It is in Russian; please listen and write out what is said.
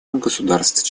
государств